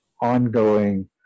ongoing